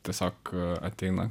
tiesiog ateina